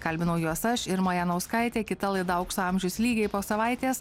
kalbinau juos aš irma janauskaitė kita laida aukso amžius lygiai po savaitės